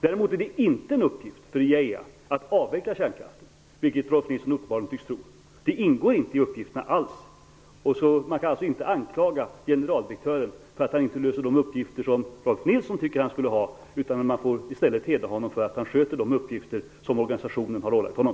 Däremot är det inte en uppgift för IAEA att avveckla kärnkraften, vilket Rolf L Nilson uppenbarligen tycks tro. Det ingår inte alls i uppgifterna. Man kan alltså inte anklaga generaldirektören för att han inte löser de uppgifter som Rolf L Nilson tycker att han skulle ha. Man får i stället hedra honom för att han sköter de uppgifter som organisationen har ålagt honom.